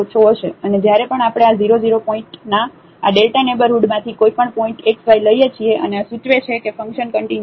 અને જ્યારે પણ આપણે આ 0 0 પોઇન્ટના આ Δ નેઇબરહુડમાંથી કોઈપણ પોઇન્ટ xy લઈએ છીએ અને આ સૂચવે છે કે ફંકશન કંટીન્યુ છે